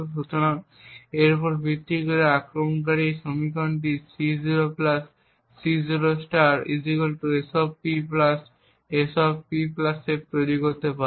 সুতরাং এর উপর ভিত্তি করে আক্রমণকারী এই সমীকরণটি C0 C0 SP SP f তৈরি করতে পারে